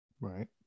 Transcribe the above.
Right